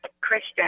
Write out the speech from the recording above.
Christian